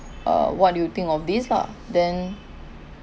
uh what do you think of this lah then